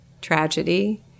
tragedy